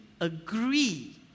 agree